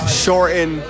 shorten